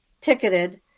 ticketed